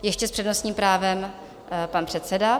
Ještě s přednostním právem pan předseda.